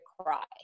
cry